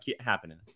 happening